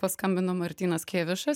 paskambino martynas kėvišas